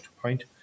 point